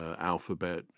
Alphabet